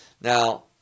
Now